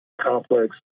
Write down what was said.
complex